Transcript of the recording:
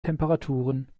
temperaturen